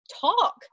talk